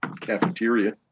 cafeteria